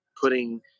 putting